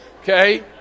okay